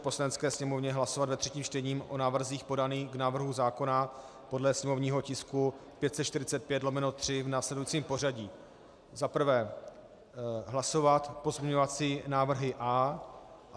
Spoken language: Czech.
Poslanecké sněmovně hlasovat ve třetím čtení o návrzích podaných k návrhu zákona podle sněmovního tisku 545/3 v následujícím pořadí: Za prvé hlasovat pozměňovací návrhy A.